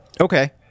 Okay